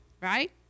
right